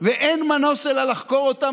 ושאין מנוס אלא לחקור אותה,